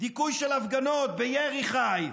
דיכוי של ההפגנות בירי חי,